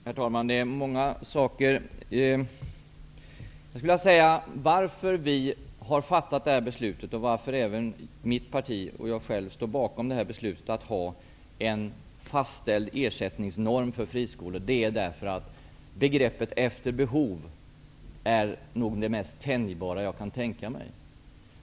Herr talman! Jag vill berätta varför vi har fattat beslut om en fastställd ersättningsnorm för friskolor och varför även mitt parti och jag själv står bakom detta. Det är för att begreppet ''efter behov'' nog är det mest tänjbara jag kan tänka mig.